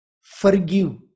forgive